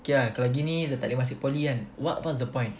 K ah kalau gini dah tak boleh masuk poly kan what what's the point